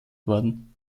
worden